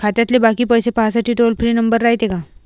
खात्यातले बाकी पैसे पाहासाठी टोल फ्री नंबर रायते का?